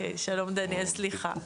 שלום, דניאל, סליחה.